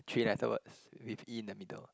three letter words with E in the middle